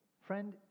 Friend